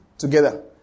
together